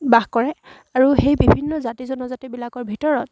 বাস কৰে আৰু সেই বিভিন্ন জাতি জনজাতিবিলাকৰ ভিতৰত